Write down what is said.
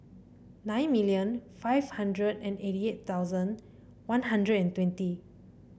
nine million five hundred and eighty eight thousand One Hundred and twenty